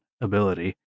ability